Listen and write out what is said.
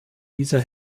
diese